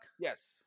yes